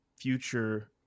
future